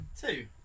two